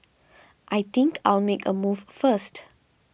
I think I'll make a move first